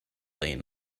lying